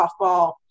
softball